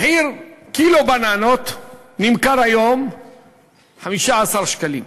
קילו בננות נמכר היום ב-15 שקלים.